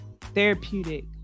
therapeutic